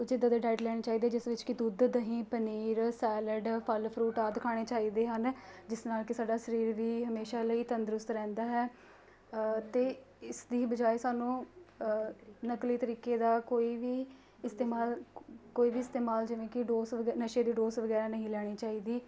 ਕੁਛ ਇੱਦਾਂ ਦੇ ਡਾਈਟ ਲੈਣੀ ਚਾਹੀਦੀ ਜਿਸ ਵਿੱਚ ਕਿ ਦੁੱਧ ਦਹੀਂ ਪਨੀਰ ਸੈਲਡ ਫਲ ਫਰੂਟ ਆਦਿ ਖਾਣੇ ਚਾਹੀਦੇ ਹਨ ਜਿਸ ਨਾਲ ਕਿ ਸਾਡਾ ਸਰੀਰ ਵੀ ਹਮੇਸ਼ਾ ਲਈ ਤੰਦਰੁਸਤ ਰਹਿੰਦਾ ਹੈ ਅਤੇ ਇਸਦੀ ਬਜਾਏ ਸਾਨੂੰ ਨਕਲੀ ਤਰੀਕੇ ਦਾ ਕੋਈ ਵੀ ਇਸਤੇਮਾਲ ਕੋਈ ਵੀ ਇਸਤੇਮਾਲ ਜਿਵੇਂ ਕਿ ਡੋਸ ਵਗੇ ਨਸ਼ੇ ਦੀ ਡੋਜ਼ ਵਗੈਰਾ ਨਹੀਂ ਲੈਣੀ ਚਾਹੀਦੀ